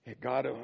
God